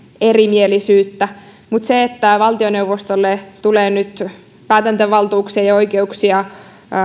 erimielisyyttä valtioneuvostolle tulee nyt päätäntävaltuuksia ja oikeuksia